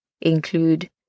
include